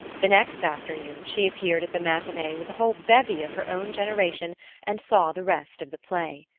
the next afternoon she appeared at the matinee with a whole bevy of her own generation and saw the rest of the play.